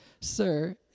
sir